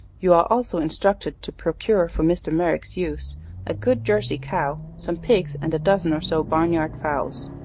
you are also instructed to procure for mr. merrick's use a good jersey cow, some pigs and a dozen or so barnyard fowls.